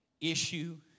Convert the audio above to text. issue